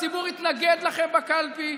הציבור יתנגד לכם בקלפי,